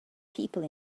people